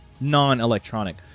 non-electronic